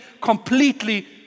completely